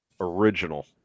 original